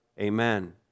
Amen